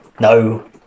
No